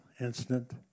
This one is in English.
incident